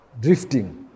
drifting